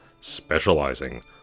specializing